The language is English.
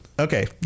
okay